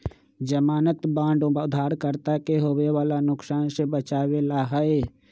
ज़मानत बांड उधारकर्ता के होवे वाला नुकसान से बचावे ला हई